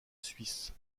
suisse